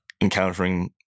encountering